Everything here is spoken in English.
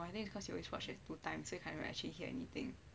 I think it's because you always watch it two times so you cannot actually hear anything